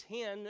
ten